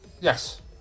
Yes